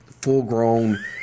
full-grown